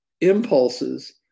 impulses